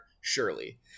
Surely